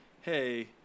Hey